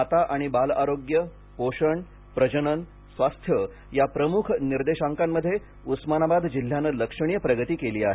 माता आणि बाल आरोग्य पोषण प्रजनन स्वास्थ्य या प्रम्ख निर्देशांकामध्ये उस्मानाबाद जिल्ह्याने लक्षणीय प्रगती केली आहे